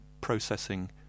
processing